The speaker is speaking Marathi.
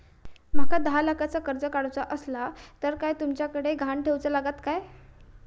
माका दहा लाखाचा कर्ज काढूचा असला तर काय तुमच्याकडे ग्हाण ठेवूचा लागात काय?